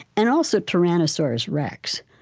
and also tyrannosaurus rex.